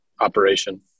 operation